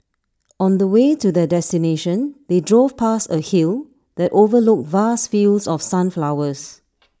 on the way to their destination they drove past A hill that overlooked vast fields of sunflowers